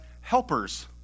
helpers